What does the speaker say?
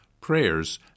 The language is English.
prayers